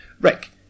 Rick